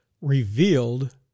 revealed